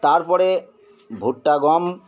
তারপরে ভুট্টা গম